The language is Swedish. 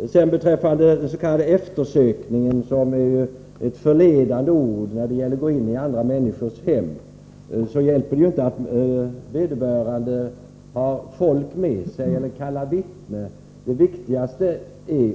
Vad sedan beträffar den s.k. eftersökningen — som är ett förledande ord för att beskriva att man går in i andra människors hem — hjälper det inte att vederbörande har folk med sig eller kallar vittnen. Det viktigaste,